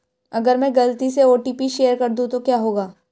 अगर मैं गलती से ओ.टी.पी शेयर कर दूं तो क्या होगा?